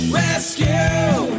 rescue